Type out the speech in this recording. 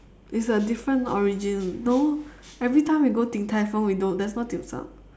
it's a different origin no every time we go din-tai-fung we no there is no dim-sum